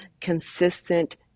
consistent